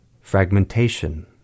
fragmentation